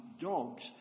dogs